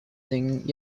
thing